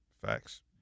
Facts